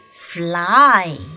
fly